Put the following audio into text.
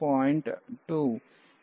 2